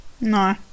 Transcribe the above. No